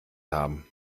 haben